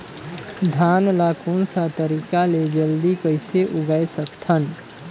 धान ला कोन सा तरीका ले जल्दी कइसे उगाय सकथन?